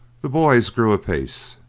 the boys grew apace.